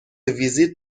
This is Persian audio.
ویزیت